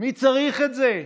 מי צריך את זה.